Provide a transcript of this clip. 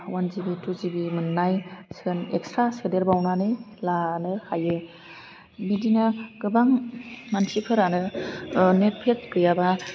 अवान जिबि टु जिबि मोननाय सोन एकस्रा सोदेरबावनानै लानो हायो बिदिनो गोबां मानसिफोरानो नेट फेक गैयाबा